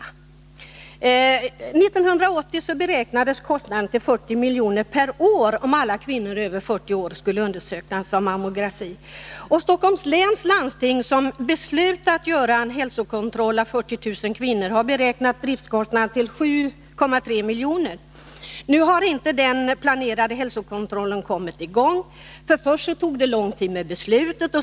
År 1980 beräknades kostnaden för mammografiundersökningar till 40 milj.kr. per år, om alla kvinnor över 40 år skulle undersökas. Stockholms läns landsting, som beslutat att göra en hälsokontroll av 40 000 kvinnor, har beräknat driftskostnaden till 7,3 milj.kr. Nu har inte den planerade hälsokontrollen kommit i gång. Först tog det lång tid med beslutet.